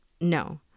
No